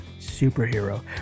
superhero